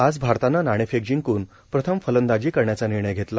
आज भारतानं नाणेफेक जिंकन प्रथम फलंदाजी करण्याचा निर्णय घेतला